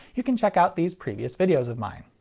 you can check out these previous videos of mine.